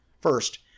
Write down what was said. First